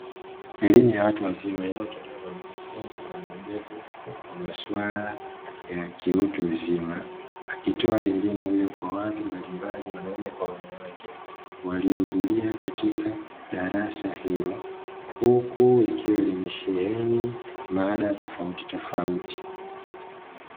Elimu ya watu wazima inayotolewa na mkufunzi na mbobevu wa masuala ya kiutu uzima, akitoa elimu hiyo kwa watu mbalimbali wanaume kwa wanawake waliohudhuria katika darasa hilo huku likiwa limesheheni mada tofautitofauti.